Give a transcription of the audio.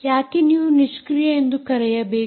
ಯಾಕೆ ನಾವು ನಿಷ್ಕ್ರಿಯ ಎಂದು ಕರೆಯಬೇಕು